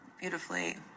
beautifully